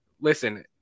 listen